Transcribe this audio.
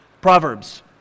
Proverbs